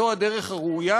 זו הדרך הראויה,